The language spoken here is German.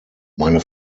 meine